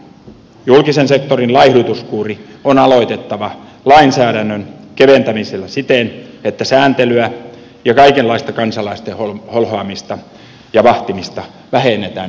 julkisen sektorin laihdutuskuuri on aloitettava lainsäädännön keventämisellä siten että sääntelyä ja kaikenlaista kansalaisten holhoamista ja vahtimista vähennetään nykyisestä reippaasti